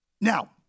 Now